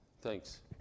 Thanks